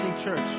church